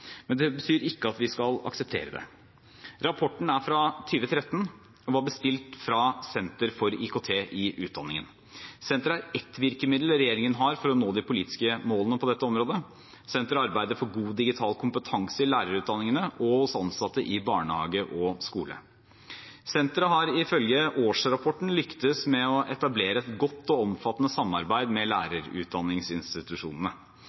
Men det betyr ikke at vi skal akseptere det. Rapporten er fra 2013 og var bestilt av Senter for IKT i utdanningen. Senteret er ett virkemiddel regjeringen har for å nå de politiske målene på dette området. Senteret arbeider for god digital kompetanse i lærerutdanningene og hos ansatte i barnehage og skole. Senteret har ifølge årsrapporten lyktes med å etablere et godt og omfattende samarbeid med lærerutdanningsinstitusjonene.